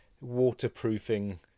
waterproofing